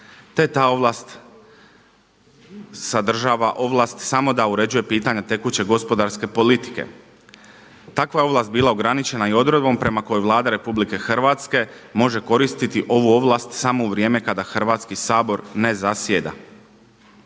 te ta ovlast sadržava ovlast samo da uređuje pitanja tekuće gospodarske politike. Takva ovlast je bila ograničena i odredbom prema kojoj Vlada Republike Hrvatske može koristiti ovu ovlast samo u vrijeme kada Hrvatski sabor ne zasjeda.